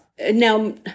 now